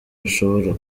bishobora